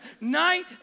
Night